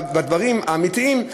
בדברים האמיתיים,